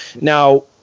Now